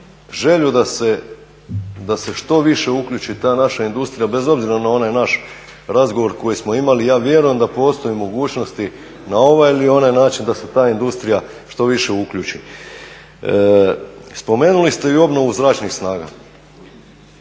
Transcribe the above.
želju da se što više uključi ta naša industrija bez obzira na onaj naš razgovor koji smo imali i ja vjerujem da postoje mogućnosti na ovaj ili onaj način da se ta industrija što više uključi. Spomenuli ste i obnovu zračnih snaga,